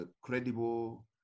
credible